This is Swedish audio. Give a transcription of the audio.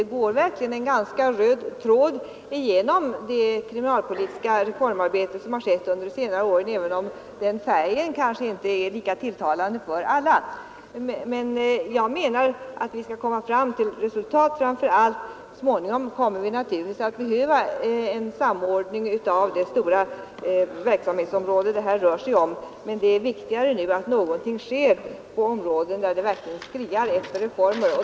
Det går verkligen en ganska röd tråd genom det kriminalpolitiska reformarbetet under de senare åren, även om den färgen kanske inte är lika tilltalande för alla. Jag menar att vi framför allt skall uppnå resultat. Så småningom behöver vi naturligtvis en samordning av det stora verksamhetsområde som det här rör sig om, men det är viktigare att någonting sker nu på områden där man skriar efter reformer.